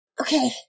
Okay